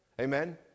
Amen